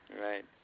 Right